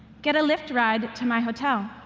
get a lyft ride to my hotel.